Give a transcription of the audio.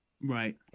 Right